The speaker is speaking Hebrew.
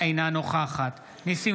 אינה נוכחת ניסים